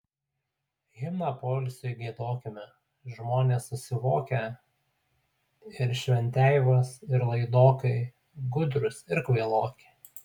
himną poilsiui giedokime žmonės susivokę ir šventeivos ir laidokai gudrūs ir kvailoki